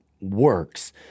works